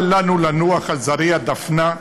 אל לנו לנוח על זרי הדפנה.